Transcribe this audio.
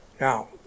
Now